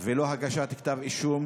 ולא הגשת כתב אישום.